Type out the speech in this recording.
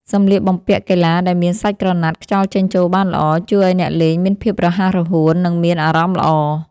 សម្លៀកបំពាក់កីឡាដែលមានសាច់ក្រណាត់ខ្យល់ចេញចូលបានល្អ ជួយឱ្យអ្នកលេងមានភាពរហ័សរហួន និងមានអារម្មណ៍ល្អ។